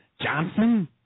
Johnson